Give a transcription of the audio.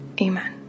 amen